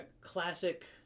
classic